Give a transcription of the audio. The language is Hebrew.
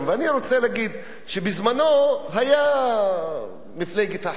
אני רוצה להגיד שהיתה מפלגת חרות,